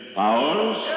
powers